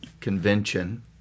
Convention